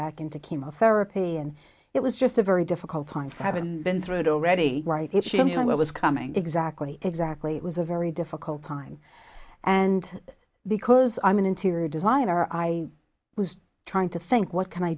back into chemotherapy and it was just a very difficult time for having been through it already if she knew i was coming exactly exactly it was a very difficult time and because i'm an interior designer i was trying to think what can i